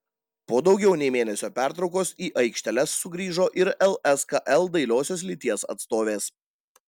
po daugiau nei mėnesio pertraukos į aikšteles sugrįžo ir lskl dailiosios lyties atstovės